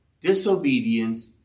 disobedience